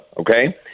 okay